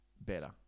better